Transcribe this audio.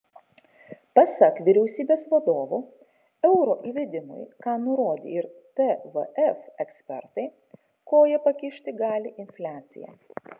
pasak vyriausybės vadovo euro įvedimui ką nurodė ir tvf ekspertai koją pakišti gali infliacija